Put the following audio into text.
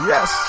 Yes